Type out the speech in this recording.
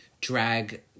drag